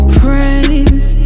praise